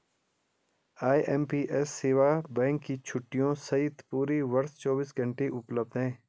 IMPS सेवा bank की छुट्टियों सहित पूरे वर्ष चौबीस घंटे उपलब्ध है